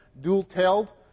dual-tailed